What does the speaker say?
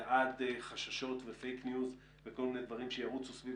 ועד חששות ופייק ניוז וכל מיני דברים שירוצו סביב